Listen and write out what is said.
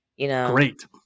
Great